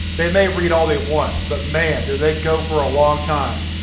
they may read all they want. but man, do they go for a long time.